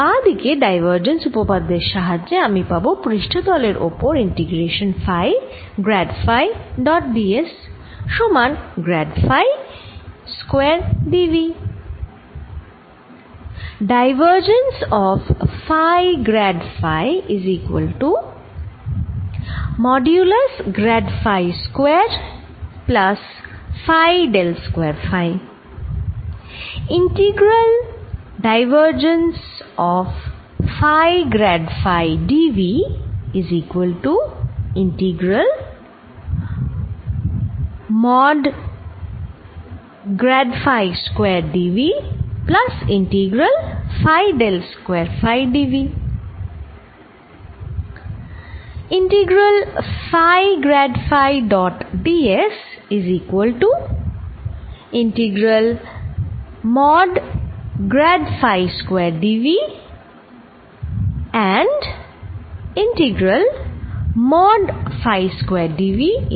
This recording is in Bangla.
বাঁ দিকে ডাইভারজেন্স উপপাদ্যের সাহায্যে আমি পাবো পৃষ্ঠতলের ওপর integration phi grad phi dot d s সমান grad phi square d v